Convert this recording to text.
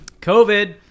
COVID